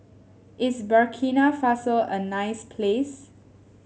is Burkina Faso a nice place